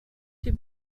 die